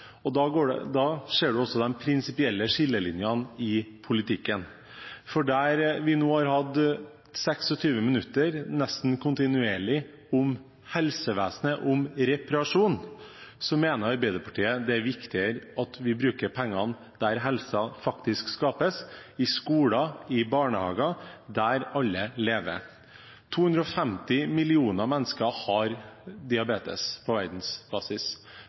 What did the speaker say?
Da ser en også de prinsipielle skillelinjene i politikken, for der vi nå har hatt 26 minutter nesten kontinuerlig om helsevesenet og reparasjon, mener Arbeiderpartiet det er viktigere at vi bruker pengene der helsen faktisk skapes – i skoler, i barnehager, der alle lever. 250 millioner mennesker har diabetes på verdensbasis.